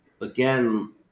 again